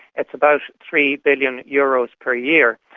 it's about three billion euros per year,